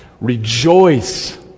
Rejoice